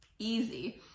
Easy